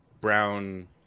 brown